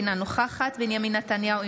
אינה נוכחת בנימין נתניהו,